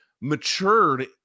matured